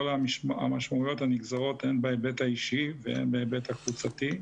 המשמעויות הנגזרות הן בהיבט האישי והן בהיבט הקבוצתי.